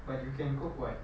but you can cook [what]